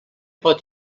pot